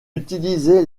utilisait